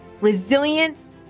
resilience